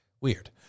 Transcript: Weird